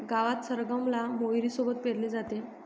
गावात सरगम ला मोहरी सोबत पेरले जाते